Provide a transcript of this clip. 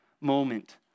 moment